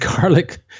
garlic